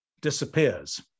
disappears